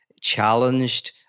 challenged